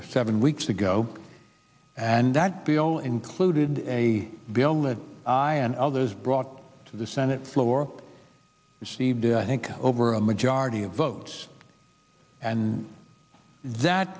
or seven weeks ago and that bill included a bill that i and others brought to the senate floor received i think over a majority of votes and that